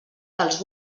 dels